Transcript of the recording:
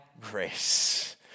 grace